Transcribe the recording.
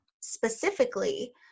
specifically